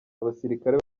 abasirikare